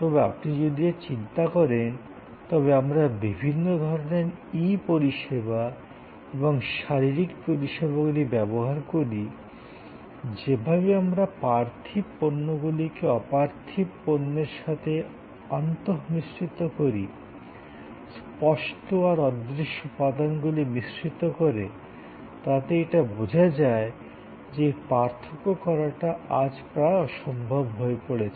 তবে আপনি যদি আজ চিন্তা করেন তবে আমরা বিভিন্ন ধরণের ই পরিষেবা এবং শারীরিক পরিষেবাগুলি ব্যবহার করি যেভাবে আমরা পার্থিব পণ্যগুলিকে অপার্থিব পণ্যর সাথে আন্তঃমিশ্রিত করি স্পষ্ট আর অদৃশ্য উপাদানগুলি মিশ্রিত করে তাতে এটা বোঝা যায় যে এই পার্থক্য করাটা আজ প্রায় অসম্ভব হয়ে পড়েছে